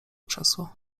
krzesło